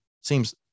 seems